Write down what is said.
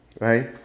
right